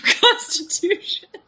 constitution